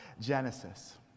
Genesis